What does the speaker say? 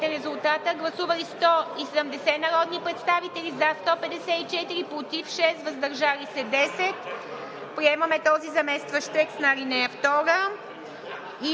гласувайте. Гласували 170 народни представители: за 154, против 6, въздържали се 10. Приемаме този заместващ текст на ал. 2.